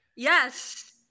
Yes